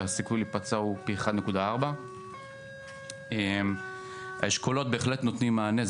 והסיכוי להיפצע הוא פי 1.4. האשכולות בהחלט נותנים מענה.